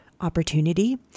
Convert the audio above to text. Opportunity